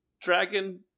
dragon